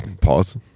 Pause